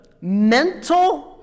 mental